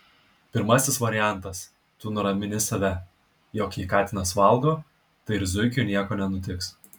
pirmasis variantas tu nuramini save jog jei katinas valgo tai ir zuikiui nieko nenutiks